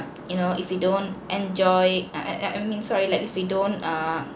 you know if we don't enjoy uh uh uh I mean sorry like if we don't uh